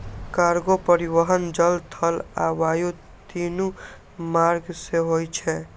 cargo परिवहन जल, थल आ वायु, तीनू मार्ग सं होय छै